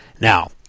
Now